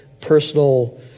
personal